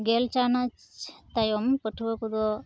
ᱜᱮᱞ ᱪᱟᱱᱟᱪ ᱛᱟᱭᱚᱢ ᱯᱟᱹᱴᱷᱩᱣᱟᱹ ᱠᱚᱫᱚ